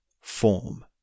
form